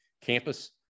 campus